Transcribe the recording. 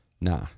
Nah